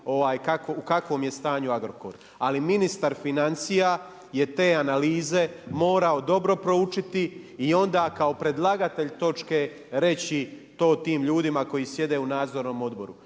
u kakvom je stanju Agrokor. Ali ministar financija je te analize morao dobro proučiti i onda kao predlagatelj točke reći to tim ljudima koji sjede u nadzornom odboru.